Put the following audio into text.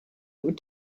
would